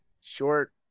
short